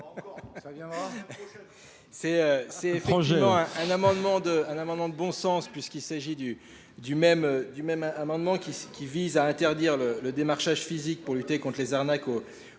C'est effectivement un amendement de bon sens puisqu'il s'agit du même amendement qui vise à interdire le démarchage physique pour lutter contre les arnaques aux travaux